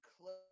close